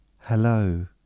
Hello